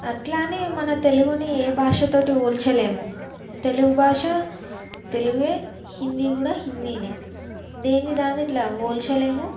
అట్లానే మన తెలుగుని ఏ భాష తోటి పోల్చలేము తెలుగు భాష తెలుగే హిందీ కూడా హిందీనే దేన్ని దాన్ని ఇట్ల పోల్చలేము